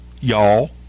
y'all